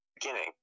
beginning